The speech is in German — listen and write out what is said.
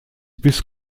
bis